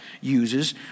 uses